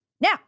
Now